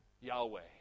Yahweh